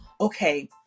okay